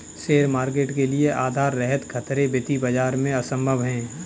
share market के लिये आधार रहित खतरे वित्तीय बाजार में असम्भव हैं